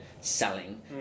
selling